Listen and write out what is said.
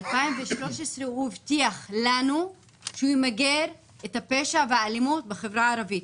ב-2013 הוא הבטיח לנו שהוא ימגר את הפשע והאלימות בחברה הערבית.